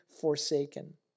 forsaken